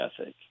ethic